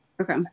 Okay